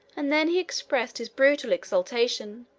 and then he expressed his brutal exultation,